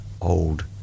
old